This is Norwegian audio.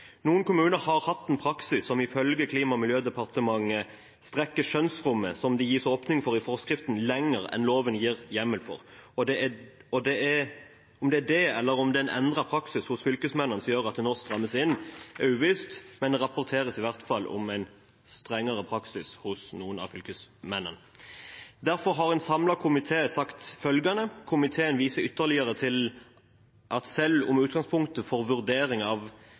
Noen kommuner har hatt en praksis som ifølge Klima- og miljødepartementet strekker skjønnsrommet som det gis åpning for i forskriften, lenger enn loven gir hjemmel for. Om det er det, eller om det er en endret praksis hos fylkesmennene som gjør at det nå strammes inn, er uvisst, men det rapporteres i hvert fall om en strengere praksis hos noen av fylkesmennene. Derfor har en samlet komité sagt følgende: «Komiteen viser videre til at selv om utgangspunktet for